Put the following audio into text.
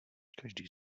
každý